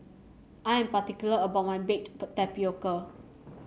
I am particular about my Baked Tapioca